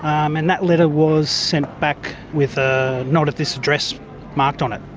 um and that letter was sent back with a not at this address marked on it.